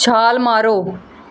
ਛਾਲ ਮਾਰੋ